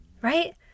right